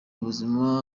ubuzima